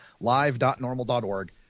live.normal.org